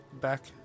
back